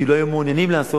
כי לא היו מעוניינים לעשות,